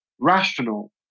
rational